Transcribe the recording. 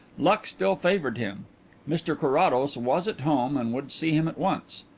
luck still favoured him mr carrados was at home and would see him at once.